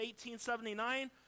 1879